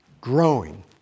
growing